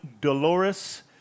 Dolores